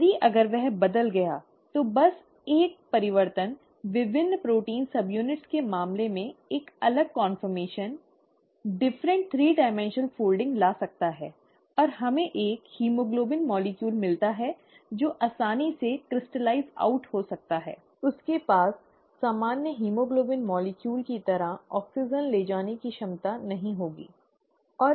यदि अगर वह बदल गया तो बस एक परिवर्तन विभिन्न प्रोटीन उप इकाइयोंprotein sub units के मामले में एक अलग कांफोर्मेशन विभिन्न तीन आयामी तह ला सकता है और हमें एक हीमोग्लोबिन अणु मिलता है जो आसानी से बाहर क्रिस्टलीकृत हो सकता है उसके पास सामान्य हीमोग्लोबिन अणु की तरह ऑक्सीजन ले जाने की क्षमता नहीं होगी